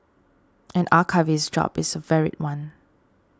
an archivist's job is a varied one